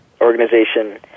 organization